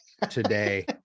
today